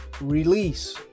release